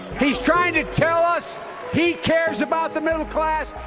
he's trying to tell us he cares about the middle class.